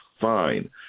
fine